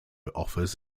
offers